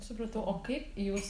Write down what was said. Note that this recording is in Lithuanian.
supratau o kaip jūs